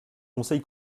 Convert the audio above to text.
conseil